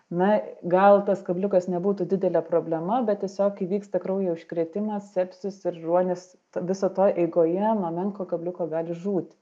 na gal tas kabliukas nebūtų didelė problema bet tiesiog įvyksta kraujo užkrėtimas sepsis ir ruonis viso to eigoje nuo menko kabliuko gali žūt